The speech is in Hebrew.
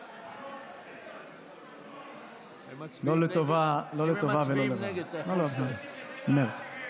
הם מצביעים נגד, אתה יכול לסיים.